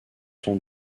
sont